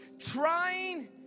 trying